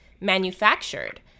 manufactured